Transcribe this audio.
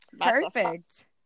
perfect